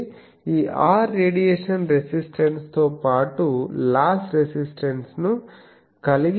కాబట్టి ఈ R radiation resistance తో పాటు లాస్ రెసిస్టన్స్ ను కలిగి ఉంటుంది